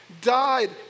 died